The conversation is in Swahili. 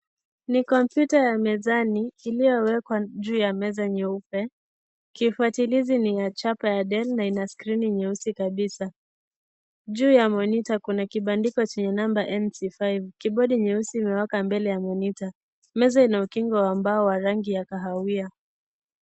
Ni kompyuta ya mezani iliyowekwa juu ya meza nyeupe kifuatilizi ni ya chapa ya Del na ina skrini nyeusi kabisa. Juu ya monita kuna kibandiko chenye namba NC5 kibodi nyeusi imewaka mbele ya monita, meza ina ukingo wa mbao wa rangi ya kahawia.